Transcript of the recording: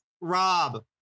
Rob